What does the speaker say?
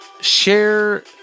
Share